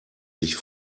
sich